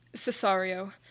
Cesario